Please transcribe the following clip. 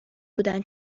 بودن